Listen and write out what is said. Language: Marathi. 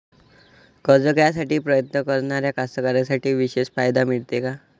कर्ज घ्यासाठी प्रयत्न करणाऱ्या कास्तकाराइसाठी विशेष फायदे मिळते का?